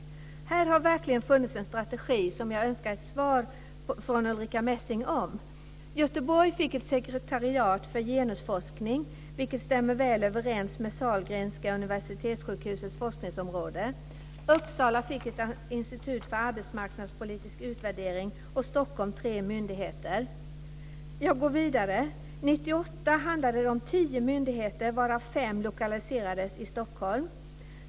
Här har verkligen funnits en strategi som jag önskar en kommentar från Ulrica Messing om. Göteborg fick ett sekretariat för genusforskning, vilket stämmer väl överens med Sahlgrenska universitetssjukhusets forskningsområde. Uppsala fick ett institut för arbetsmarknadspolitisk utvärdering, och Jag går vidare. År 1998 handlade det om tio myndigheter, varav fem lokaliserades till Stockholm.